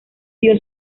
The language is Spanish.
dio